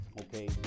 okay